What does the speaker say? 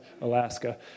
Alaska